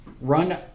run